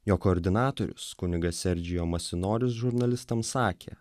jo koordinatorius kunigas serdžijo masinoris žurnalistams sakė